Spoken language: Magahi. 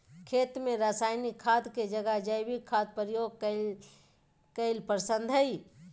खेत में रासायनिक खाद के जगह जैविक खाद प्रयोग कईल पसंद हई